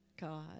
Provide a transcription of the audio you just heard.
God